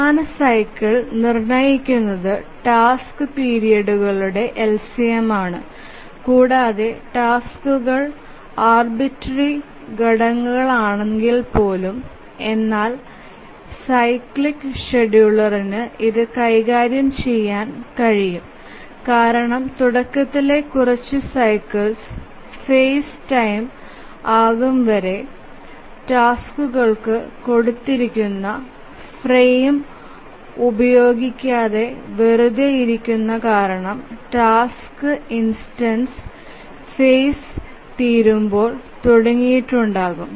പ്രധാന സൈക്കിൾ നിർണ്ണയിക്കുന്നത് ടാസ്ക് പിരീഡുകളുടെ LCM ആണ് കൂടാതെ ടാസ്ക്കുകൾ ആർബിറ്ററി ഘട്ടങ്ങളാണെങ്കിൽപ്പോലും എന്നാലും സൈക്ലിക് ഷെഡ്യൂളർനു ഇത് കൈകാര്യം ചെയ്യാൻ കഴിയും കാരണം തുടക്കത്തിലെ കുറച്ചു സൈക്കിൾസ് ഫേസ് ടൈം ആകുംവരെ ടാസ്കുകൾക്കു കൊടുത്തിരിക്കുന്ന ഫ്രെയിം ഉപയോഗിക്കാതെ വെറുതെ ഇരിക്കുന്നു കാരണം ടാസ്ക് ഇൻസ്റ്റൻസ് ഫേസ് തീരുമ്പോൾ തുടങ്ങിയിട്ടുണ്ടാകും